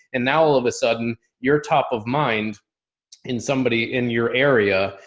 and now all of a sudden you're top of mind in somebody in your area.